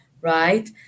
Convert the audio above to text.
right